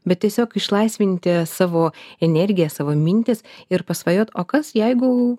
bet tiesiog išlaisvinti savo energiją savo mintis ir pasvajot o kas jeigu